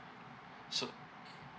so